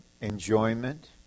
enjoyment